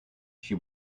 she